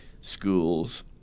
schools